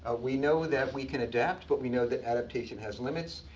ah we know that we can adapt, but we know that adaptation has limits.